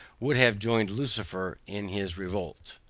would have joined lucifer in his revolt.